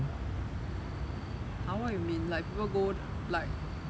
!huh! what you mean like people go like